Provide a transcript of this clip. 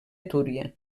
túria